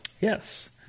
Yes